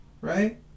right